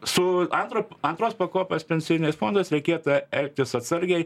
su antro antros pakopos pensijiniais fondais reikėtų elgtis atsargiai